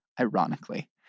ironically